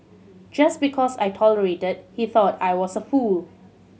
just because I tolerated he thought I was a fool